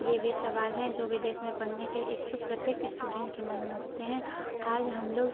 यह वे सवाल हैं जो विदेश में पढ़ने के इच्छुक प्रत्येक स्टुडेंट के मन में उठते हैं आज हम लोग